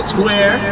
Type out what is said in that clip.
Square